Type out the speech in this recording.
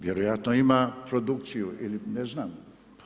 Vjerojatno ima produkciju ili ne znam.